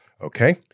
okay